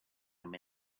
him